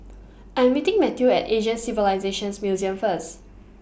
I'm meeting Matthew At Asian Civilisations Museum First